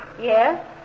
Yes